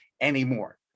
anymore